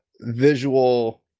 visual